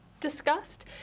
discussed